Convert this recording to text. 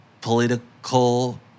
political